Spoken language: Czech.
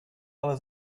ale